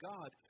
God